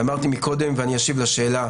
אמרתי מקודם ואני אשיב לשאלה